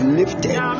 lifted